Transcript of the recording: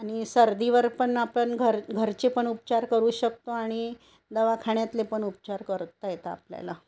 आणि सर्दीवर पण आपण घर घरचे पण उपचार करू शकतो आणि दवाखान्यातले पण उपचार करता येतात आपल्याला